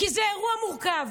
כי זה אירוע מורכב: